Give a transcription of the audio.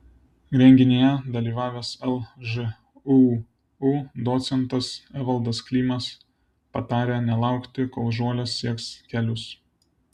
renginyje dalyvavęs lžūu docentas evaldas klimas patarė nelaukti kol žolės sieks kelius